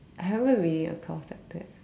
I haven't read across like that